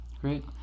Great